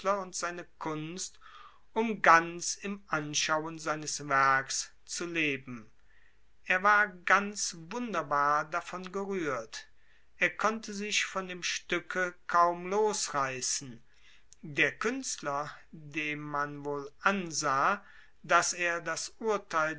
und seine kunst um ganz im anschauen seines werks zu leben er war ganz wunderbar davon gerührt er konnte sich von dem stücke kaum losreißen der künstler dem man wohl ansah daß er das urteil